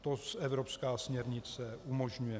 To evropská směrnice umožňuje.